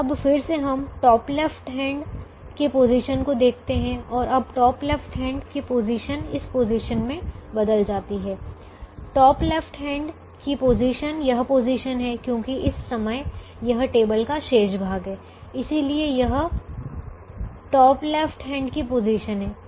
अब फिर से हम टॉप लेफ्ट हैण्ड की पोजीशन को देखते हैं और अब टॉप लेफ्ट हैण्ड की पोजीशन इस पोजीशन में बदल जाती है टॉप लेफ्ट हैण्ड की पोजीशन यह पोजीशन है क्योंकि इस समय यह टेबल का शेष भाग है इसलिए यह टॉप लेफ्ट हैण्ड की पोजीशन है